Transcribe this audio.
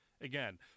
Again